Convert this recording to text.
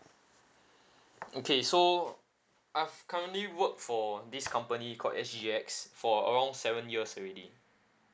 okay so I've currently worked for this company called S_G_X for around seven years already